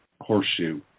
horseshoe